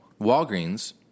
Walgreens